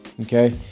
Okay